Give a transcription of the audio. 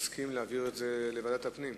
האם המציע מסכים להעביר את זה לוועדת הפנים?